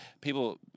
People